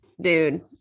Dude